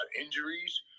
injuries